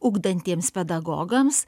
ugdantiems pedagogams